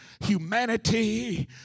humanity